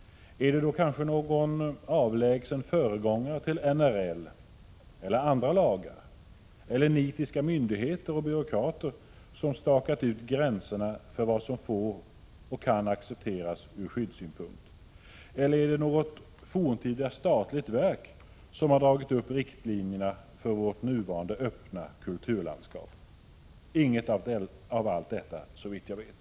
Är det då kanske någon avlägsen föregångare till NRL eller andra lagar, eller är det nitiska myndigheter och byråkrater som stakat ut gränserna för vad som får och kan accepteras ur skyddssynpunkt, eller är det något forntida statligt verk som har dragit upp riktlinjerna för vårt nuvarande öppna Prot. 1986/87:36 kulturlandskap? Inget av allt detta, såvitt jag vet.